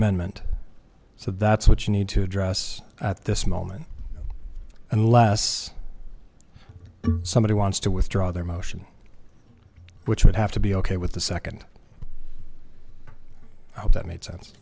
amendment so that's what you need to address at this moment unless somebody wants to withdraw their motion which would have to be ok with the second i hope that made sense